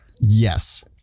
Yes